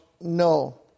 no